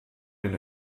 den